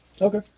Okay